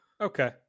Okay